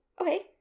Okay